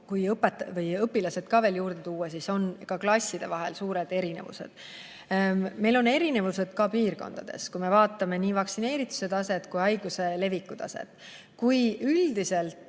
kui õpilased ka juurde tuua, siis on klasside vahel suured erinevused ja on erinevused ka piirkondades, kui me vaatame nii vaktsineerituse taset kui ka haiguse leviku taset. Üldiselt